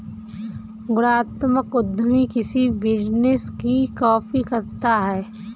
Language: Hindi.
गुणात्मक उद्यमी किसी बिजनेस की कॉपी करता है